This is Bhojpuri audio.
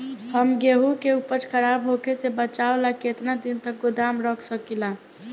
हम गेहूं के उपज खराब होखे से बचाव ला केतना दिन तक गोदाम रख सकी ला?